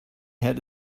had